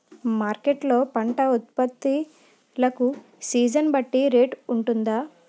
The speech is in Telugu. మార్కెట్ లొ పంట ఉత్పత్తి లకు సీజన్ బట్టి రేట్ వుంటుందా?